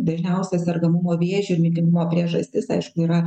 dažniausia sergamumo vėžiu ir mirtingumo priežastis aišku yra